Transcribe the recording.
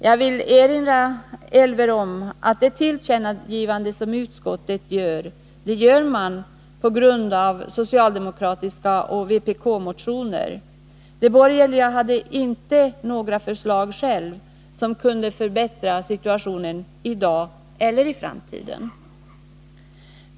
Jag vill erinra Elver Jonsson om att det tillkännagivande utskottet gör är grundat på motioner från socialdemokraterna och vpk. De borgerliga hade inte själva några förslag som kunde förbättra situationen i dag eller i framtiden.